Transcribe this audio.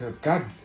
God